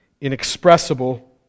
inexpressible